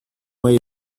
way